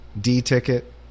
D-ticket